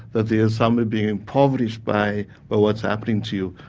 that there is somebody being impoverished by, by what's happening to you.